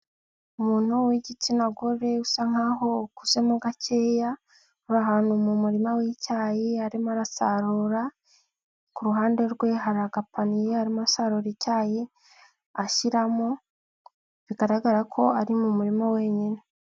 Umuntu w'igitsina gore, usa nk'aho akuzemo gakeya, ari ahantu mu murima w'icyayi, arimo arasarura. Ku ruhande rwe hari agapaniye arimo asarura icyayi ashyiramo, bigaragara ko ari mu murima wenyine.